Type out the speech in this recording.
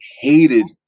hated